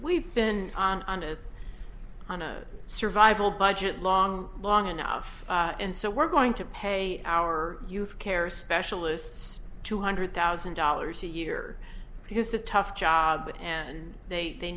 we've been on a survival budget long long enough and so we're going to pay our youth care specialists two hundred thousand dollars a year because a tough job and they